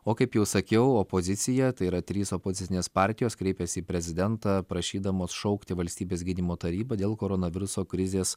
o kaip jau sakiau opozicija tai yra trys opozicinės partijos kreipėsi į prezidentą prašydamos šaukti valstybės gynimo tarybą dėl koronaviruso krizės